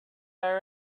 our